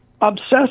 obsess